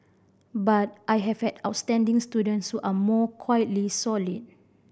but I have had outstanding students who are more quietly solid